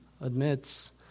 Admits